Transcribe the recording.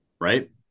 right